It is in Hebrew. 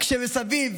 ומסביב